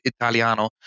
Italiano